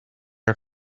are